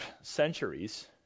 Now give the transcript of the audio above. centuries